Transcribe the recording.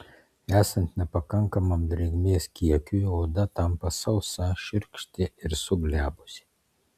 esant nepakankamam drėgmės kiekiui oda tampa sausa šiurkšti ir suglebusi